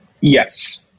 Yes